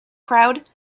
crowd